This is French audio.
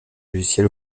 logiciel